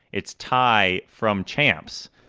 it's ty from champs.